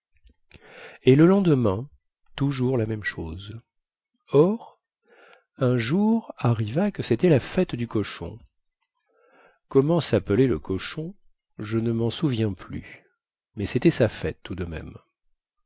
et le lendemain toujours la même chose or un jour arriva que cétait la fête du cochon comment sappelait le cochon je ne men souviens plus mais cétait sa fête tout de même